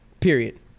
Period